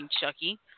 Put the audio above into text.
Chucky